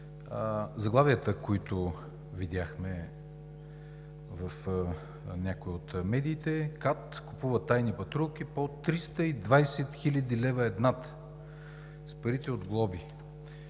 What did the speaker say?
заглавията, които видяхме в някои от медиите: „КАТ купува тайни патрулки по 320 хил. лв. едната с парите от глоби“.